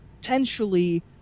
potentially